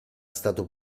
stato